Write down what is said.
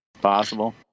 possible